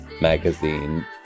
Magazine